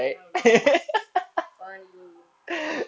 oh no funny